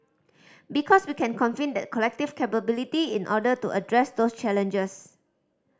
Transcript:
because we can convene that collective capability in order to address those challenges